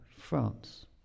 France